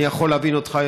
אני יכול להבין אותך,